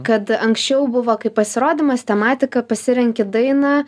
kad anksčiau buvo kai pasirodymas tematika pasirenki dainą